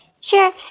Sure